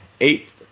eight